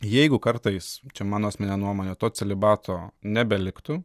jeigu kartais čia mano asmenine nuomone to celibato nebeliktų